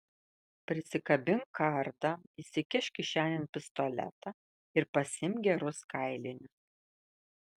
prisikabink kardą įsikišk kišenėn pistoletą ir pasiimk gerus kailinius